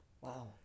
Wow